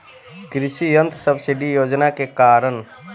कृषि यंत्र सब्सिडी योजना के कारण?